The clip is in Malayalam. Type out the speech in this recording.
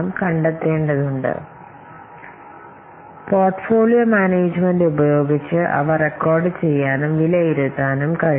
അതിനാൽ പോർട്ട്ഫോളിയോ മാനേജുമെന്റ് ഉപയോഗിച്ച് അവ റെക്കോർഡുചെയ്യാനും വിലയിരുത്താനും കഴിയും